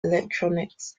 electronics